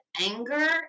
anger